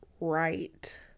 right